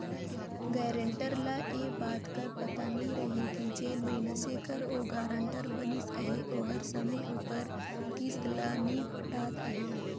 guarantor ल ए बात कर पता नी रहें कि जेन मइनसे कर ओ गारंटर बनिस अहे ओहर समे उपर किस्त ल नी पटात अहे